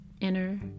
inner